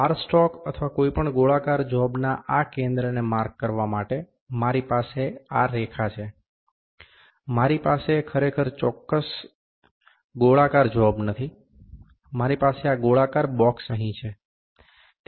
બાર stock અથવા કોઈ પણ ગોળાકાર જોબના આ કેન્દ્રને માર્ક કરવા માટે મારી પાસે આ છે મારી પાસે ખરેખર ચોક્કસ ગોળાકાર જોબ નથી મારી પાસે આ ગોળાકાર બોક્સ અહીં છે